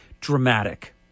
dramatic